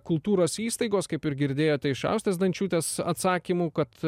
kultūros įstaigos kaip ir girdėjote iš austės zdančiūtės atsakymų kad